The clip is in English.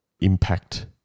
impact